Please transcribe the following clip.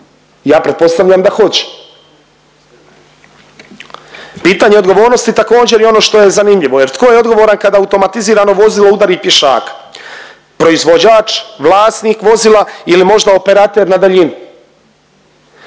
Ja pretpostavljam da hoće. Pitanje odgovornosti također je ono što je zanimljivo jer tko je odgovoran kada automatizirano vozilo udari pješaka? Proizvođač, vlasnik vozila ili možda operater na daljinu?